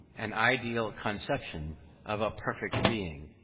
an ideal conception of a perfect being,